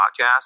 podcast